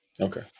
Okay